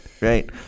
right